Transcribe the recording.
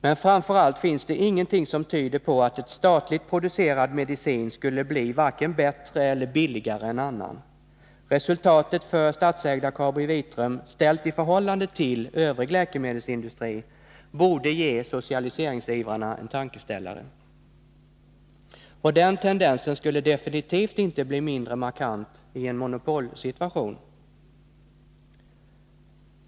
Men framför allt finns det ingenting som tyder på att statligt producerad medicin skulle bli vare sig bättre eller billigare än annan. Resultatet för statsägda KabiVitrum, ställt i förhållande till övrig läkemedelsindustri, borde ge socialiseringsivrarna en tankeställare. Och den tendensen skulle definitivt inte bli mindre markant i en monopolsituation.